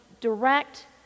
direct